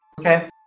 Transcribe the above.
Okay